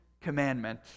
commandment